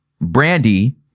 Brandy